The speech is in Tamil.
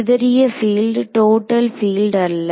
சிதறிய பீல்டு டோட்டல் பீல்டு அல்ல